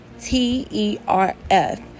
T-E-R-F